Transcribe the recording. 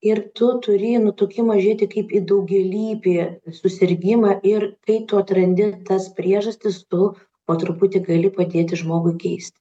ir tu turi į nutukimą žiūrėti kaip į daugialypį susirgimą ir kai tu atrandi tas priežastis tu po truputį gali padėti žmogui keisti